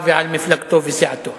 ואין מחלוקת על הדבר הזה.